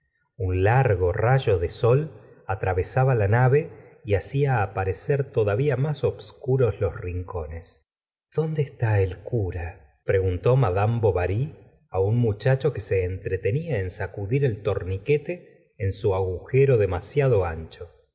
un largo rayo de sol atravesaba la nave y hacía aparecer todavía más obscuros los rincones dónde está el cura preguntó mad bovary un muchacho que se entretenía en sacudir el torniquete en su agujero demasiado ancho